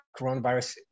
coronavirus